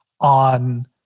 on